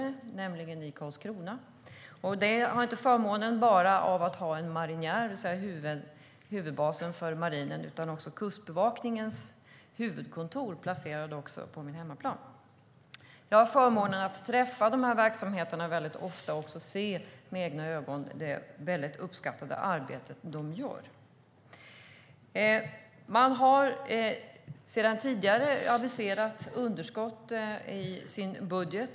Jag bor nämligen i Karlskrona, och har förmånen att ha inte bara en marinjär, det vill säga huvudbasen för marinen, utan också Kustbevakningens huvudkontor på min hemmaplan. Jag har förmånen att träffa företrädare för de här verksamheterna väldigt ofta och också med egna ögon se det väldigt uppskattade arbete de gör. Man har sedan tidigare aviserat underskott i sin budget.